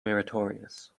meritorious